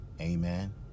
Amen